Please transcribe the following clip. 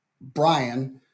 Brian